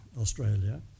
Australia